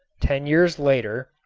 ten years later,